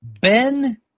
Ben